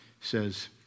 says